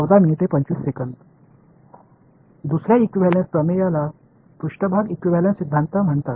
இரண்டாவது ஈகியூவேளன்ஸ் தேற்றம் surface equivalence கொள்கை என்று அழைக்கப்படுகிறது